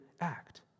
act